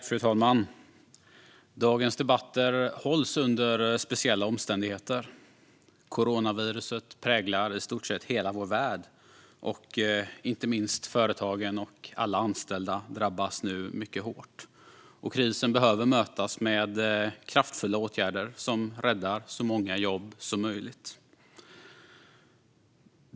Fru talman! Dagens debatter hålls under speciella omständigheter. Coronaviruset präglar i stort sett hela vår värld, och inte minst företagen och alla anställda drabbas nu mycket hårt. Krisen behöver mötas med kraftfulla åtgärder som räddar så många jobb som möjligt.